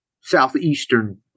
southeastern